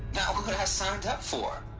what what i signed up for!